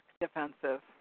Defensive